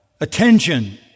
attention